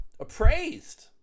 appraised